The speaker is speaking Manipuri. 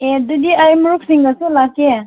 ꯑꯦ ꯑꯗꯨꯗꯤ ꯑꯩ ꯃꯔꯨꯞꯁꯤꯡꯒꯁꯨ ꯂꯥꯛꯀꯦ